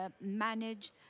manage